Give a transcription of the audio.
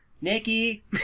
Nikki